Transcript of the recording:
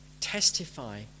testify